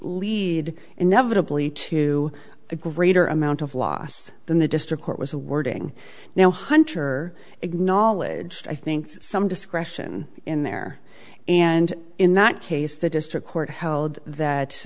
lead inevitably to a greater amount of loss than the district court was awarding now hunter acknowledged i think some discretion in there and in that case the district court held